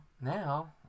now